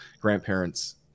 grandparents